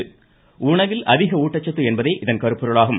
உணவில் அதிக ஊட்டச்சத்து என்பதே இதன் கருப்பொருள் ஆகும்